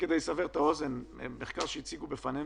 הייצוג רק יאפשר לזרז את הקצב ולמנוע הגשה שהיא לא מושלמת,